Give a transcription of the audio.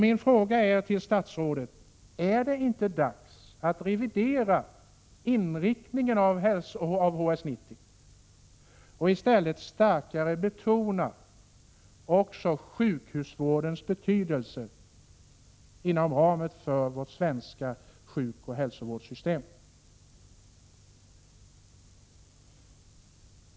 Min fråga till statsrådet är: Är det inte dags att revidera inriktningen av HS 90 och i stället starkare betona också sjukhusvårdens betydelse inom ramen för vårt svenska hälsooch sjukvårdssystem?